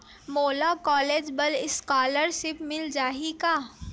मोला कॉलेज बर स्कालर्शिप मिल जाही का?